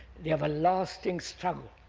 the everlasting struggle?